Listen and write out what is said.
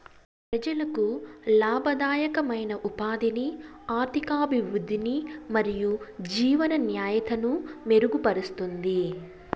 ప్రజలకు లాభదాయకమైన ఉపాధిని, ఆర్థికాభివృద్ధిని మరియు జీవన నాణ్యతను మెరుగుపరుస్తుంది